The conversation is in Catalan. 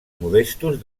modestos